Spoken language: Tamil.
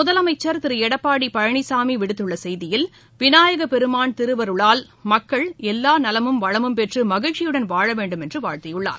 முதலமைச்சர் திரு எடப்பாடி பழனிசாமி விடுத்துள்ள செய்தியில் விநாயக பெருமான் திருவருளால் மக்கள் எல்லா நலமும் வளமும் பெற்று மகிழ்ச்சியுடன் வாழ வேண்டும் என்று வாழ்த்தியுள்ளார்